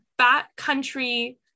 backcountry